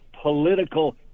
political